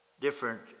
different